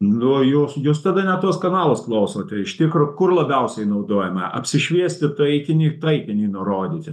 nu jūs jūs tada ne tuos kanalus klausote iš tikro kur labiausiai naudojame apsišviesti taikinį taikinį nurodyti